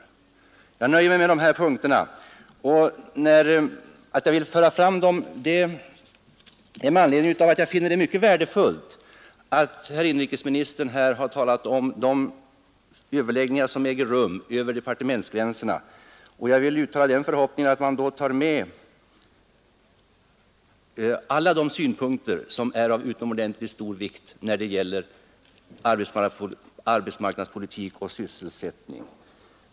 mellan arbetsmark Jag nöjer mig med de här punkterna. Anledningen till att jag vill föra nadspolitiken, lo fram dem är att jag finner det mycket värdefullt att inrikesministern här kaliseringspolitiken Rö JSNE fr m M och näringspolitihar talat om de överläggningar som äger rum över departementsgränserna. fn Jag vill uttala den förhoppningen att man då tar med alla de synpunkter som är av utomordentligt stor vikt när det gäller arbetsmarknadspolitik och sysselsättning.